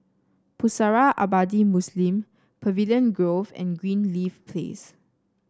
Pusara Abadi Muslim Pavilion Grove and Greenleaf Place